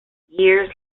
years